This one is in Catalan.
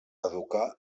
educar